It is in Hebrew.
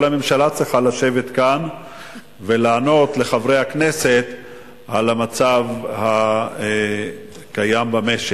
כל הממשלה צריכה לשבת כאן ולענות לחברי הכנסת על המצב הקיים במשק.